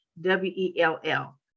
W-E-L-L